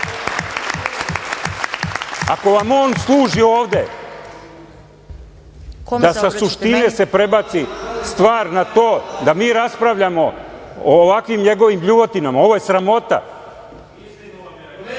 Ako vam on služi ovde da sa suštine prebaci stvar na to da mi raspravljamo o ovakvim njegovim bljuvotinama, ovo je sramota.